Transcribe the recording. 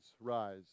rise